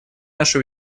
наши